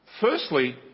Firstly